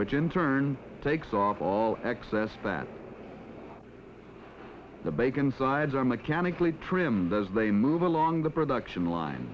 which in turn takes off all excess fat the bacon sides are mechanically trimmed as they move along the production line